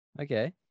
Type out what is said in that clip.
Okay